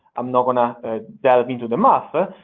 i'm not going to delve into the math. ah